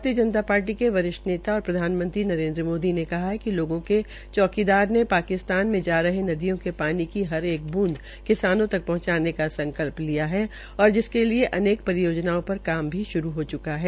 भारतीय जनता पार्टी के वरिष्ठ नेता और प्रधानमंत्री नरेन्द्र मोदी ने कहा है कि लोगों के चौकीदार ने पाकिस्तान में जा रहे नदियों के पानी की हर एक बूंद किसानों तक पहंचाने का सकल्प किया है जिसके लिये अनेक परियोजनाओं का काम भी श्रू हो च्का है